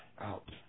out